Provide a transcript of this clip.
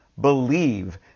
believe